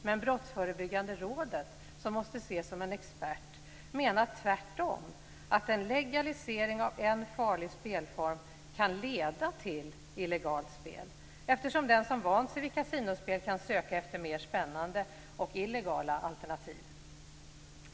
Men Brottsförebyggande rådet, som måste ses som en expertinstans, menar tvärtom att en legalisering av en farlig spelform kan leda till illegalt spel, eftersom den som vant sig vid kasinospel kan söka efter mer spännande och illegala alternativ.